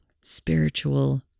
spiritual